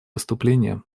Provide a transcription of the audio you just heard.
выступления